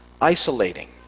Isolating